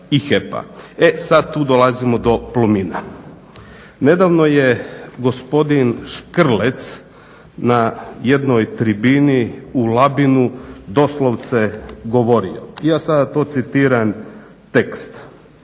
E sad tu dolazimo do Plomina. Nedavno je gospodin Škrlec na jednoj tribini u Labinu doslovce govorio, ja sada to citiram tekst: